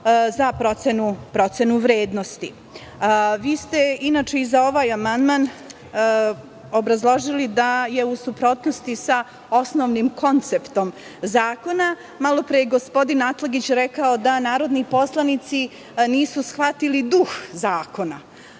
za procenu vrednosti. Vi ste i za ovaj amandman obrazložili da je u suprotnosti sa osnovnim konceptom zakona. Malopre je gospodin Atlagić rekao da narodni poslanici nisu shvatili duh zakona.